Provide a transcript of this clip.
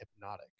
hypnotic